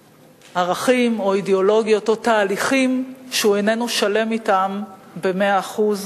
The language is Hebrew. לערכים או אידיאולוגיות או תהליכים שהוא איננו שלם אתם במאה אחוז,